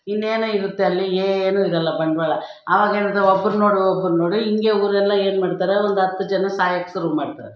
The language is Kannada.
ಇನ್ನೇನೋ ಇರುತ್ತೆ ಅಲ್ಲಿ ಏನು ಇರಲ್ಲ ಬಂಡವಾಳ ಆವಾಗ ಹೇಳಿದ್ರೆ ಒಬ್ರನ್ನ ನೋಡಿ ಒಬ್ರನ್ನ ನೋಡಿ ಹೀಗೆ ಊರೆಲ್ಲ ಏನ್ಮಾಡ್ತಾರೆ ಒಂದು ಹತ್ತು ಜನ ಸಾಯೋಕೆ ಶುರು ಮಾಡ್ತಾರೆ